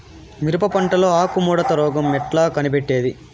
మిరప పంటలో ఆకు ముడత రోగం ఎట్లా కనిపెట్టేది?